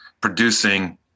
producing